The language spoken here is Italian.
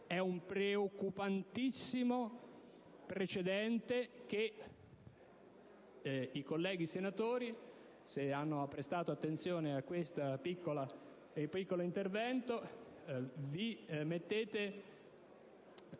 è un preoccupantissimo precedente che i colleghi senatori, se hanno prestato attenzione a questo piccolo intervento, si mettono